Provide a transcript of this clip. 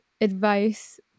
advice